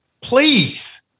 please